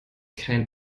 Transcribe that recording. kein